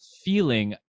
feeling